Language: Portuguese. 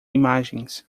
imagens